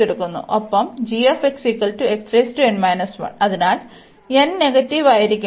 ഒപ്പം അതിനാൽ n negative ആയിരിക്കുമ്പോൾ